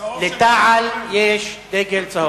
לתע"ל יש דגל צהוב.